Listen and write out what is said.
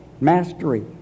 mastery